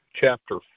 chapter